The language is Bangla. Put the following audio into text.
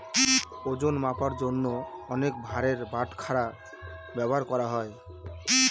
ওজন মাপার জন্য অনেক ভারের বাটখারা ব্যবহার করা হয়